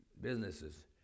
businesses